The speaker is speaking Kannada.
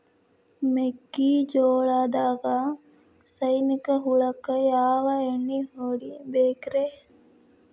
ಮೆಕ್ಕಿಜೋಳದಾಗ ಸೈನಿಕ ಹುಳಕ್ಕ ಯಾವ ಎಣ್ಣಿ ಹೊಡಿಬೇಕ್ರೇ?